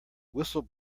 whistle